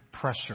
pressure